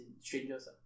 strangers